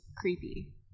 creepy